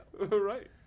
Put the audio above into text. Right